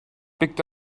picked